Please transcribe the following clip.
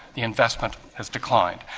the investment has declined.